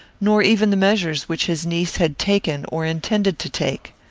nor even the measures which his niece had taken or intended to take.